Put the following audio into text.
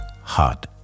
Hot